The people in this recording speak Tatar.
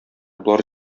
болар